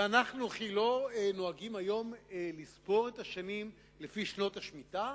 וכי אנחנו לא נוהגים היום לספור את השנים לפי שנות השמיטה?